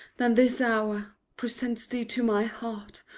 than this hour presents thee to my heart.